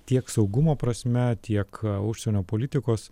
tiek saugumo prasme tiek užsienio politikos